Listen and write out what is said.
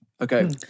Okay